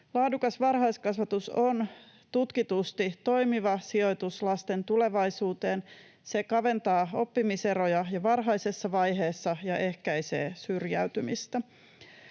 Laadukas varhaiskasvatus on tutkitusti toimiva sijoitus lasten tulevaisuuteen. Se kaventaa oppimiseroja jo varhaisessa vaiheessa ja ehkäisee syrjäytymistä.